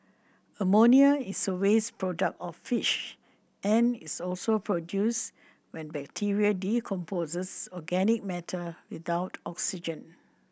ammonia is a waste product of fish and is also produced when bacteria decomposes organic matter without oxygen